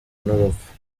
n’urupfu